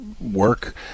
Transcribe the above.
work